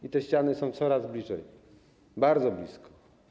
I te ściany są coraz bliżej, bardzo blisko.